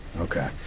okay